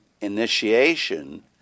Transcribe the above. initiation